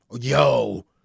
Yo